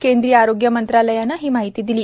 केंद्रीय आरोग्य मंत्रालयानं ही माहिती दिली